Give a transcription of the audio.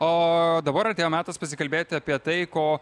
o dabar atėjo metas pasikalbėti apie tai ko